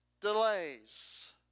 delays